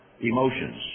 emotions